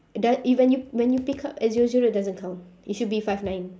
do~ when you when you pick up at zero zero it doesn't count it should be five nine